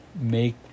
make